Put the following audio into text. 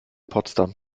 potsdam